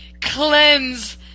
cleanse